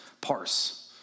parse